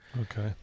Okay